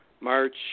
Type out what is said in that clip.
March